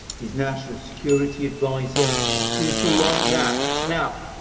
his national security adviser people like that. now,